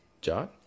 John